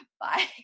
bye